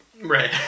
Right